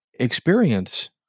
Experience